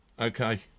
Okay